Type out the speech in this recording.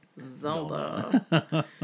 Zelda